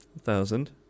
thousand